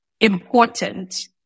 important